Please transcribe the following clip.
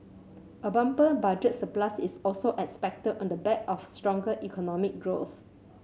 a bumper Budget surplus is also expected on the back of stronger economic growth